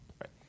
Right